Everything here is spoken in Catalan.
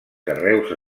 carreus